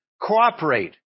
cooperate